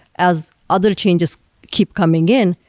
as other changes keep coming in,